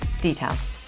Details